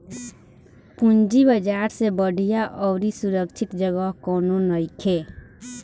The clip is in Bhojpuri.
पूंजी बाजार से बढ़िया अउरी सुरक्षित जगह कौनो नइखे